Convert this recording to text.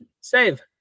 Save